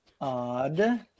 Odd